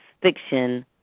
fiction